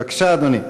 בבקשה, אדוני.